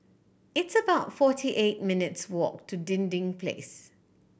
it's about forty eight minutes' walk to Dinding Place